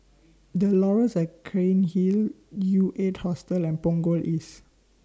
The Laurels At Cairnhill U eight Hostel and Punggol East